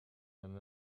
than